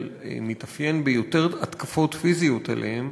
מתאפיין ביותר התקפות פיזיות כלפיהם,